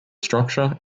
structure